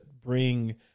bring